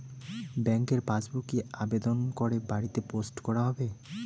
ব্যাংকের পাসবুক কি আবেদন করে বাড়িতে পোস্ট করা হবে?